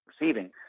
receiving